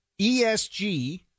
ESG